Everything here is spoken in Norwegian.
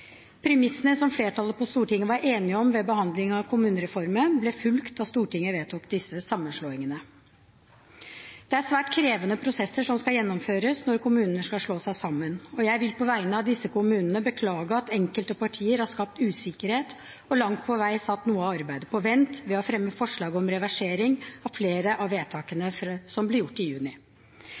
Premissene som flertallet på Stortinget var enige om ved behandlingen av kommunereformen, ble fulgt da Stortinget vedtok disse sammenslåingene. Det er svært krevende prosesser som skal gjennomføres når kommuner skal slå seg sammen, og jeg vil på vegne av disse kommunene beklage at enkelte partier har skapt usikkerhet og langt på vei satt noe av arbeidet på vent ved å fremme forslag om reversering av flere av vedtakene som ble gjort i juni.